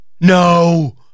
No